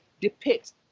depicts